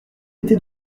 était